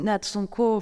net sunku